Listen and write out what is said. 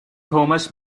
thomas